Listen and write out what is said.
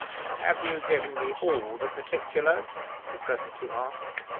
have you given me all the particulars? he presently asked.